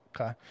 Okay